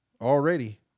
Already